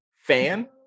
fan